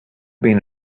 been